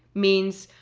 means,